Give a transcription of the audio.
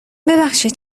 ببخشید